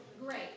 great